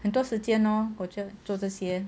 很多时间 lor 我觉得做这些